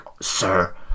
sir